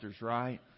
right